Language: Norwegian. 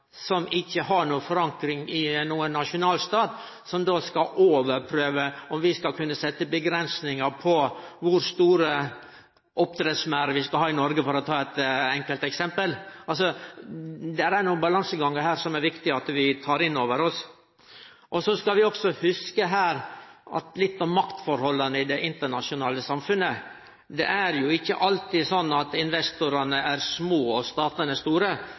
skal kunne setje avgrensingar for kor store oppdrettsmerdar vi skal ha i Noreg, for å ta eit enkelt eksempel. Der er nokre balansegangar som det er viktig at vi tek inn over oss. Vi skal også hugse litt på maktforholda i det internasjonale samfunnet. Det er ikkje alltid slik at investorane er små og statane er store.